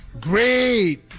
Great